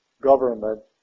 government